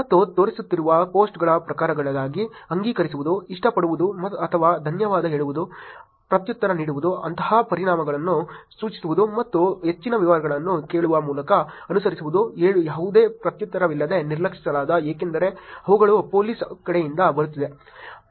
ಮತ್ತು ತೋರಿಸುತ್ತಿರುವ ಪೋಸ್ಟ್ಗಳ ಪ್ರಕಾರಗಳಿಗೆ ಅಂಗೀಕರಿಸುವುದು ಇಷ್ಟಪಡುವುದು ಅಥವಾ ಧನ್ಯವಾದ ಹೇಳುವುದು ಪ್ರತ್ಯುತ್ತರ ನೀಡುವುದು ಅಂತಹ ಪರಿಹಾರವನ್ನು ಸೂಚಿಸುವುದು ಮತ್ತು ಹೆಚ್ಚಿನ ವಿವರಗಳನ್ನು ಕೇಳುವ ಮೂಲಕ ಅನುಸರಿಸುವುದು ಯಾವುದೇ ಪ್ರತ್ಯುತ್ತರವಿಲ್ಲದೆ ನಿರ್ಲಕ್ಷಿಸಲಾಗಿದೆ ಏಕೆಂದರೆ ಇವುಗಳು ಪೊಲೀಸ್ ಕಡೆಯಿಂದ ಬರುತ್ತಿದೆ